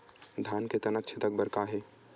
धान के तनक छेदा बर का हे?